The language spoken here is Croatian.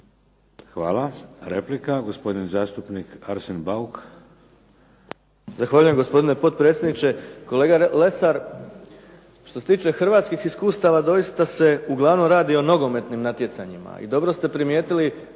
Hvala. Replika, gospodin zastupnik Arsen Bauk.